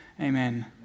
amen